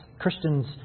Christians